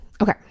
Okay